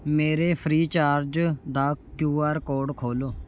ਮੇਰੇ ਫ੍ਰੀਚਾਰਜ ਦਾ Q R code ਖੋਲ੍ਹੋ